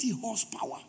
horsepower